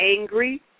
angry